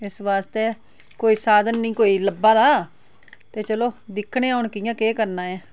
इस बास्तै कोई साधन नी कोई लब्भा दा ते चलो दिक्खने आं हून कि'यां केह् करना ऐ